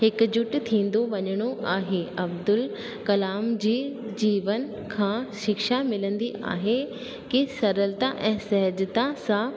हिकु जुट थींदो वञिणो आहे अब्दुल कलाम जी जीवन खां शिक्षा मिलंदी आहे के सरलता ऐं सहेजता सां